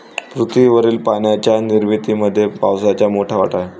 पृथ्वीवरील पाण्याच्या निर्मितीमध्ये पावसाचा मोठा वाटा आहे